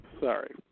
Sorry